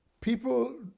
people